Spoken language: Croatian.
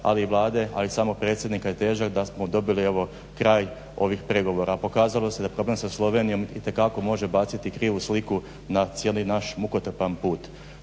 ali i Vlade ali i samog predsjednika je težak da smo dobili kraj ovih pregovora. Pokazalo se da problem sa Slovenijom itekako može baciti krivu sliku na cijeli naš mukotrpan put.